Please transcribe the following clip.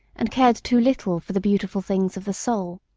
and cared too little for the beautiful things of the soul.